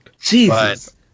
Jesus